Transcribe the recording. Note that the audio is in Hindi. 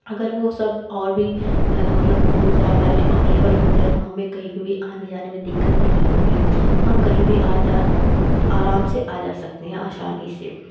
अगर वो सब और भी ज़्यादा मतलब हो जाए हमारे लिए अवलेबल हो जाए तो हमें कहीं पर भी आने जाने में दिक्कत नहीं होगी हम कहीं भी आ जा आराम से आ जा सकते हैं आसानी से